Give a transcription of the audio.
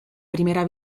primera